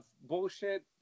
bullshit